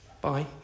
Bye